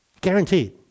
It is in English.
Guaranteed